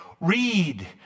read